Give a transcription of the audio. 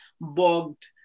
bogged